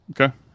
Okay